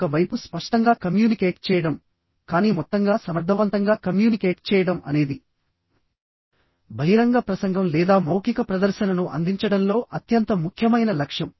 ఒక వైపు స్పష్టంగా కమ్యూనికేట్ చేయడం కానీ మొత్తంగా సమర్థవంతంగా కమ్యూనికేట్ చేయడం అనేది బహిరంగ ప్రసంగం లేదా మౌఖిక ప్రదర్శనను అందించడంలో అత్యంత ముఖ్యమైన లక్ష్యం